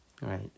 right